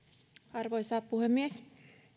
arvoisa puhemies